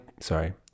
Sorry